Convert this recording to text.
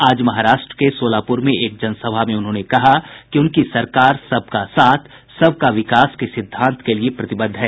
आज महाराष्ट्र के सोलापुर में एक जनसभा में उन्होंने कहा कि उनकी सरकार सबका साथ सबका विकास के सिद्धांत के लिए प्रतिबद्ध है